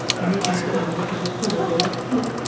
he has heard wonders of its celebrated peak,